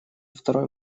второй